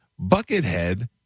Buckethead